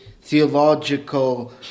theological